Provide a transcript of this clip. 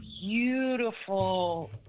beautiful